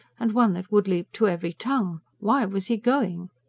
and one that would leap to every tongue why was he going?